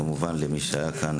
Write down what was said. כמובן למי שהיה כאן,